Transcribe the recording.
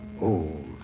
old